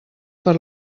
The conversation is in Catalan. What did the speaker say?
per